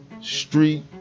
street